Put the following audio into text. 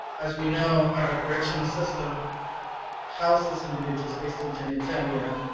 as we know, our correctional system houses individuals based on genitalia,